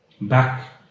back